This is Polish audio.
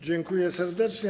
Dziękuję serdecznie.